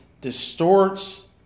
distorts